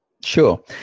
Sure